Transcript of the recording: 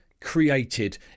created